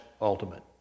ultimate